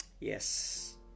Yes